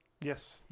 Yes